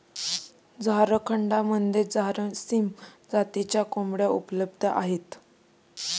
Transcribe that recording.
झारखंडमध्ये झारसीम जातीच्या कोंबड्या उपलब्ध आहेत